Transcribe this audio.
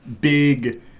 big